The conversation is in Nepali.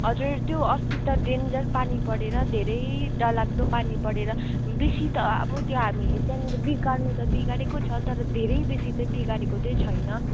हजुर त्यो अस्ति त डेन्जर पानी परेर धेरै डरलाग्दो पानी परेर बेसी त अब त्यो हामीले त्यहाँनिर बिगार्नु त बिगारेको छ तर धेरै बेसी त बिगारेको चाहिँ छैन